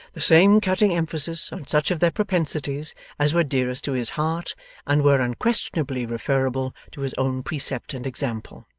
the same cutting emphasis on such of their propensities as were dearest to his heart and were unquestionably referrable to his own precept and example.